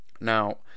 Now